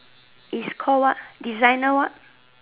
is called what designer what